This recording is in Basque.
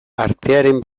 artearen